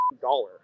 dollar